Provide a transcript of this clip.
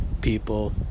people